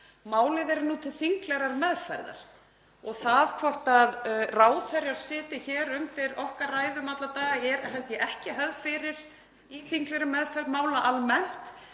Málið er nú til þinglegrar meðferðar og það hvort ráðherrar sitji hér undir okkar ræðum alla daga — ég held að ekki sé hefð fyrir því í þinglegri meðferð mála almennt.